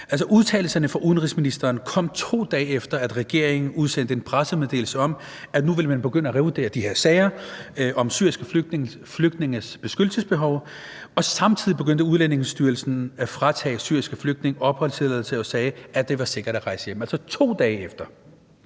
udtalelserne fra udenrigsministeren kom, 2 dage efter at regeringen udsendte en pressemeddelelse om, at man nu ville begynde at revurdere de her sager om syriske flygtninges beskyttelsesbehov, og samtidig begyndte Udlændingestyrelsen at fratage syriske flygtninge opholdstilladelse og sagde, at det var sikkert at rejse hjem. Det var altså 2 dage efter.